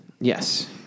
Yes